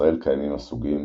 בישראל קיימים הסוגים